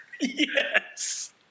Yes